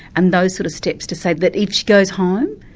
and those sort of steps to say that if she goes home,